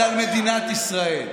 זה על מדינת ישראל,